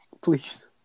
Please